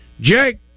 Jake